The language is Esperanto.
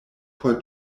por